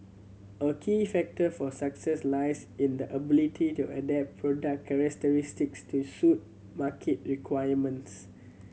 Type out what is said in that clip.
a key factor for success lies in the ability to adapt product characteristics to suit market requirements